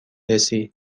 رسی